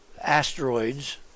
asteroids